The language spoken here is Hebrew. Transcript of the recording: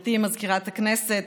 גברתי מזכירת הכנסת,